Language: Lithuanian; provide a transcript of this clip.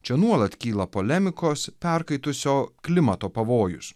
čia nuolat kyla polemikos perkaitusio klimato pavojus